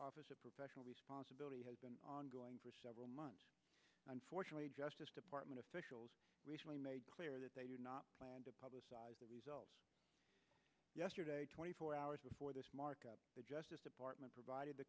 office of professional responsibility has been ongoing for several months unfortunately justice department officials recently made clear that they do not plan to publicize the results yesterday twenty four hours before this markup the justice department provided the